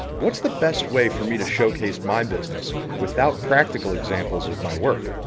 what's the best way for me to showcase my business without practical examples of my work?